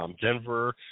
Denver